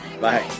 Bye